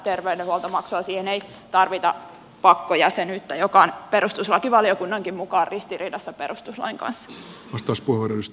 siihen ei tarvita pakkojäsenyyttä joka on perustuslakivaliokunnankin mukaan ristiriidassa perustuslain kanssa